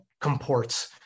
comports